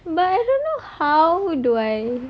but I don't know how do I